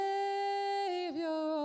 Savior